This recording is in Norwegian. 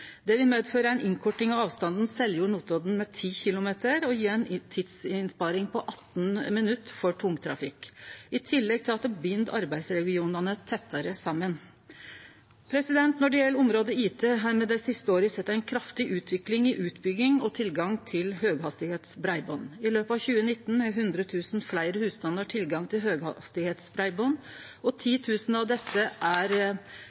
Det vil medføre ei innkorting av avstanden Seljord–Notodden med 10 km og gje ei tidssparing på 18 minutt for tungtrafikk, i tillegg til at det bind arbeidsregionane tettare saman. Når det gjeld IT-området, har me dei siste åra sett ei kraftig utvikling i utbygging og tilgang til høghastigheitsbreiband. I løpet av 2019 har 100 000 fleire husstandar fått tilgang til høghastigheitsbreiband, og 10 000 av desse er